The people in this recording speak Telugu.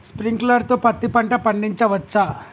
స్ప్రింక్లర్ తో పత్తి పంట పండించవచ్చా?